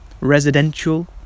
residential